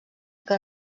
que